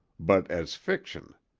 but as fiction.